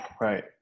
Right